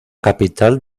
capital